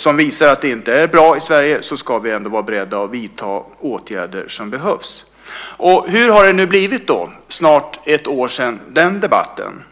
som visar att det inte är bra i Sverige ska vi vara beredda att vidta de åtgärder som behövs. Hur har det då blivit snart ett år efter den debatten?